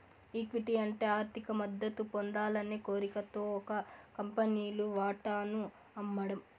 equity అంటే ఆర్థిక మద్దతు పొందాలనే కోరికతో ఒక కంపెనీలు వాటాను అమ్మడం